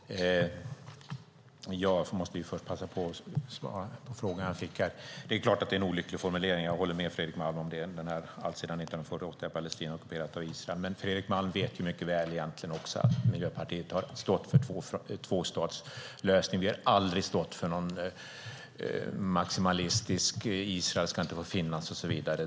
Herr talman! Jag måste först passa på att svara på de frågor jag fick. Jag håller med Fredrik Malm om att det är en olycklig formulering: "Alltsedan 1948 är Palestina ockuperat av Israel." Men Fredrik Malm vet mycket väl att Miljöpartiet har stått för en tvåstatslösning. Vi har aldrig stått för något maximalistiskt, att Israel inte ska få finnas och så vidare.